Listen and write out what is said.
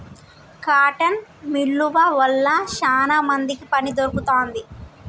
cotton మిల్లువ వల్ల శానా మందికి పని దొరుకుతాంది